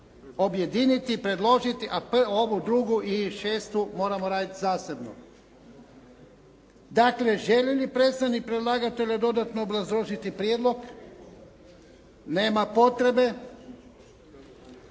objediniti, predložiti, a ovu 2. i 6. moramo raditi zasebno. Dakle, želi li predstavnik predlagatelja dodatno obrazložiti prijedlog? Nema potrebe.